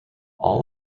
all